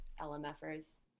LMFers